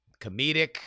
comedic